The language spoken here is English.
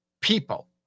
people